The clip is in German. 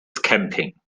camping